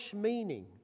meaning